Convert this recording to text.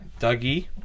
Dougie